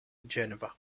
geneva